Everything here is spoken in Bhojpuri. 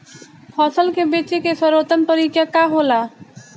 फसल के बेचे के सर्वोत्तम तरीका का होला?